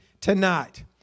tonight